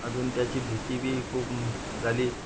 अजून त्याची भीतीबी खूप झाली